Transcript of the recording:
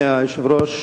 אדוני היושב-ראש,